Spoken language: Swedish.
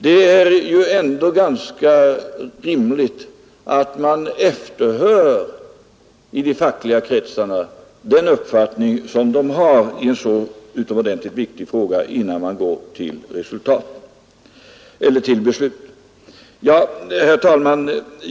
Det är då ganska rimligt att efterhöra vilken uppfattning man har i de fackliga kretsarna, innan beslut fattas i en så utomordentligt viktig fråga.